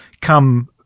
come